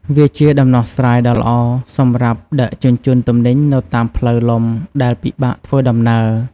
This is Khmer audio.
វាជាដំណោះស្រាយដ៏ល្អសម្រាប់ដឹកជញ្ជូនទំនិញនៅតាមផ្លូវលំដែលពិបាកធ្វើដំណើរ។